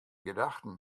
gedachten